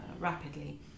rapidly